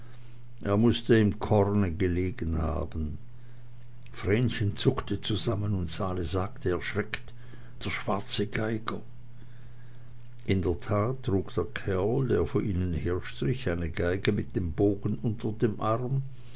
er mußte im korne gelegen haben vrenchen zuckte zusammen und sali sagte erschreckt der schwarze geiger in der tat trug der kerl der vor ihnen herstrich eine geige mit dem bogen unter dem arm